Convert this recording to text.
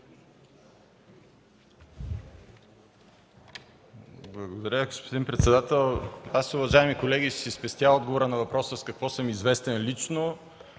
Благодаря, господин председател. Уважаеми колеги, ще си спестя отговора на въпроса с какво съм известен лично.